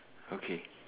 okay